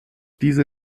diese